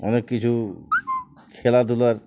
অনেক কিছু খেলাধুলার